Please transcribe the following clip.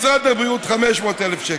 משרד הבריאות, 500,000 שקל,